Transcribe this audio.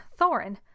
Thorin